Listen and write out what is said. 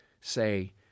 Say